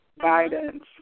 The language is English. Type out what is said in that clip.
guidance